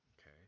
Okay